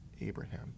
Abraham